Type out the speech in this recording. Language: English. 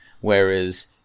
whereas